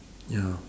ya